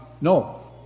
No